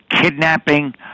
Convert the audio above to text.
kidnapping